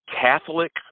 Catholic